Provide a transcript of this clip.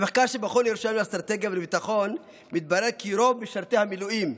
במחקר של מכון ירושלים לאסטרטגיה ולביטחון מתברר כי רוב משרתי המילואים,